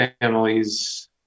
families